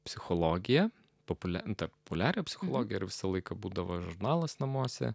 psichologija populiarinti populiariąją psichologiją ir visą laiką būdavo žurnalas namuose